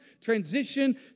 transition